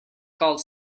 called